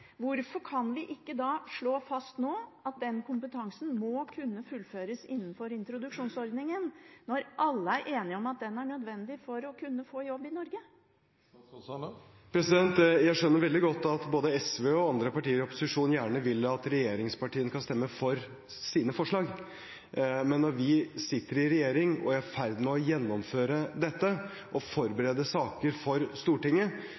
Hvorfor kan vi ikke da slå fast nå at den kompetansen må kunne fullføres innenfor introduksjonsordningen, når alle er enige om at den er nødvendig for å kunne få jobb i Norge? Jeg skjønner veldig godt at både SV og andre partier i opposisjon gjerne vil at regjeringspartiene skal stemme for deres forslag, men når vi sitter i regjering og er i ferd med å gjennomføre dette og forbereder saker for Stortinget,